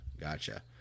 gotcha